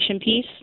piece